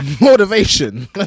Motivation